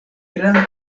granda